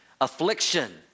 Affliction